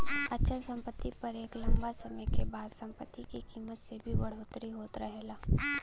अचल सम्पति पर एक लम्बा समय क बाद सम्पति के कीमत में भी बढ़ोतरी होत रहला